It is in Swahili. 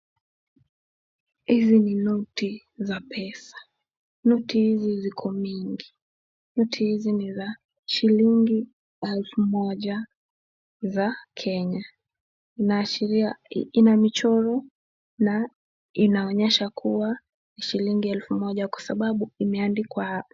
Hizi ni noti za pesa. Noti hizi ziko mingi. Noti hizi ni za shilling elfu moja za Kenya. Inaashiria, ina michoro na inaonyesha kuwa, ni shillingi elfu moja sababu inaonyesha kuwa.